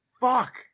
Fuck